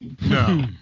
No